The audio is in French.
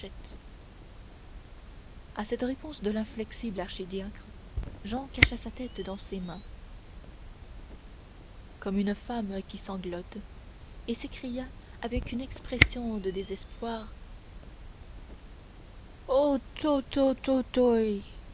à cette réponse de l'inflexible archidiacre jehan cacha sa tête dans ses mains comme une femme qui sanglote et s'écria avec une expression de désespoir